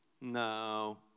no